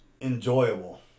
enjoyable